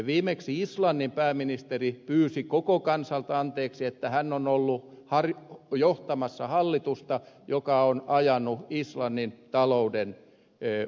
viimeksi islannin pääministeri pyysi koko kansalta anteeksi että hän on ollut johtamassa hallitusta joka on ajanut islannin talouden umpikujaan